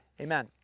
Amen